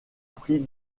pris